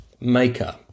Maker